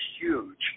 huge